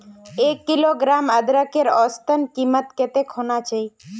एक किलोग्राम अदरकेर औसतन कीमत कतेक होना चही?